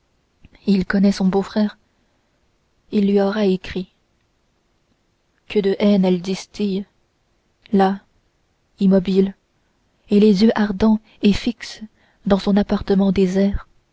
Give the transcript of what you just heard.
il connaît son beau-frère il lui aura écrit que de haine elle distille là immobile et les yeux ardents et fixes dans son appartement désert